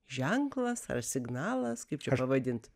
ženklas ar signalas kaip čia pavadint